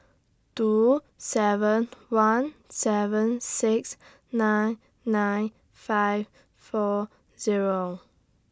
two seven one seven six nine nine five four Zero